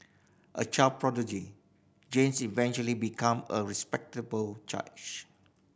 a child prodigy James eventually became a respectable judge